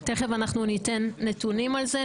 תיכף אנחנו ניתן נתונים על זה.